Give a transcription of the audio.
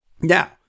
Now